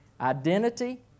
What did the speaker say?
identity